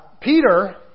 Peter